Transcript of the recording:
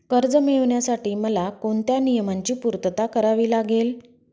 कर्ज मिळविण्यासाठी मला कोणत्या नियमांची पूर्तता करावी लागेल?